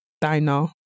diner